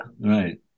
right